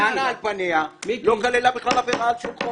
הטענה על פניה לא כללה בכלל עבירה על שום חוק.